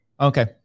Okay